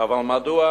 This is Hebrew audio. אבל מדוע